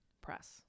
Press